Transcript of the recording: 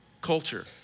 Culture